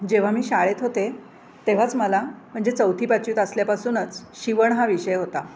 जेव्हा मी शाळेत होते तेव्हाच मला म्हणजे चौथी पाचवीत असल्यापासूनच शिवण हा विषय होता